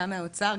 גם מהאוצר,